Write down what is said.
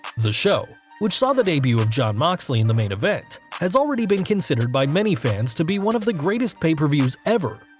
the show, which saw the debut of jon moxley in the main event, has already been considered by many fans to be one of the greatest pay per views ever,